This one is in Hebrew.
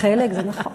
רק חלק, זה נכון,